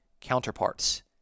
counterparts